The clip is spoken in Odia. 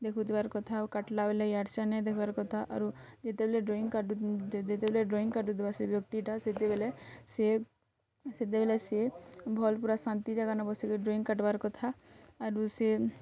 ଦେଖୁଥିବାର୍ କଥା ଆଉ କାଟିଲା ବେଲେ ଇୟାଡ଼େ ସିୟାଡ଼େ ନାଇଁ ଦେଖିବାର୍ କଥା ଆରୁ ଯେତେବେଲେ ଡ଼୍ରଇଁ କାଟୁ ଯେତେବେଲେ ଡ଼୍ରଇଁ କାଟୁଥିବା ସେ ବ୍ୟକ୍ତିଟା ସେତେବେଲେ ସେ ସେତେବେଲେ ସେ ଭଲ୍ ପୁରା ଶାନ୍ତି ଜାଗାନୁ ବସିକି ଡ଼୍ରଇଁ କାଟିବାର କଥା ଆରୁ ସେ